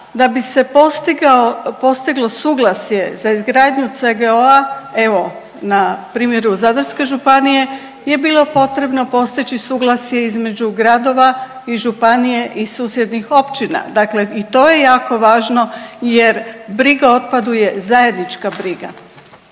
da bi se postiglo suglasje za izgradnju CGO-a evo na primjeru Zadarske županije je bilo potrebno postići suglasje između gradova i županije i susjednih općina. Dakle i to je jako važno jer briga o otpadu je zajednička briga.